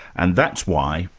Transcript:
and that's why,